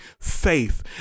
faith